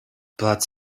platz